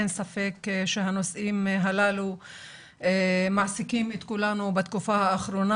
אין ספק שהנושאים הללו מעסיקים את כולנו בתקופה האחרונה.